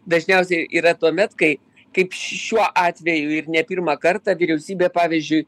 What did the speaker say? dažniausiai yra tuomet kai kaip šiuo atveju ir ne pirmą kartą vyriausybė pavyzdžiui